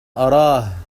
أراه